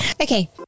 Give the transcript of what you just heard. okay